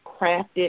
crafted